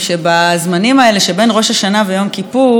שבזמנים האלה שבין ראש השנה ליום כיפור,